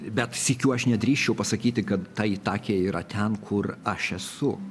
bet sykiu aš nedrįsčiau pasakyti kad ta itakė yra ten kur aš esu